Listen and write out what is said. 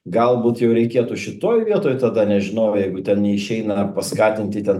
galbūt jau reikėtų šitoj vietoj tada nežinau jeigu ten neišeina paskatinti ten